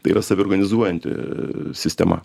tai yra saviorganizuojanti sistema